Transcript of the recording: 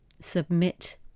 submit